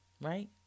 right